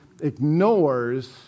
ignores